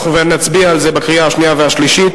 אנחנו נצביע על זה בקריאה השנייה והשלישית,